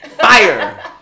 Fire